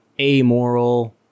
amoral